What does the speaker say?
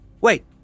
Wait